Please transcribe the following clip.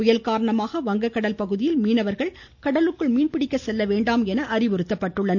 புயல் காரணமாக வங்ககடல் பகுதியில் மீனவர்கள் கடலுக்குள் மீன்பிடிக்க செல்ல வேண்டாம் என அறிவுறுத்தப்படுகின்றனர்